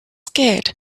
scared